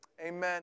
amen